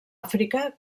àfrica